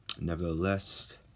Nevertheless